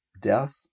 death